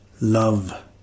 love